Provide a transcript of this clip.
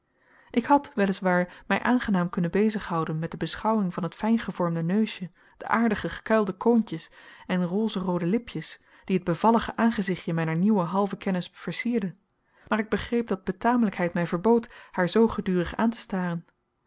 ik had wel is waar mij aangenaam kunnen bezig houden met de beschouwing van het fijngevormde neusje de aardig gekuilde koontjes en rozeroode lipjes die het bevallige aangezichtje mijner nieuwe halvekennis versierden maar ik begreep dat betamelijkheid mij verbood haar zoo gedurig aan te staren